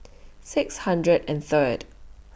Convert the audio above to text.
six hundred and Third